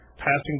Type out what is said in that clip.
passing